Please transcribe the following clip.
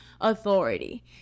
authority